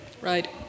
Right